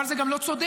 אבל זה גם לא צודק.